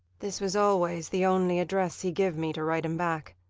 this was always the only address he give me to write him back.